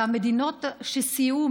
והמדינות שסייעו,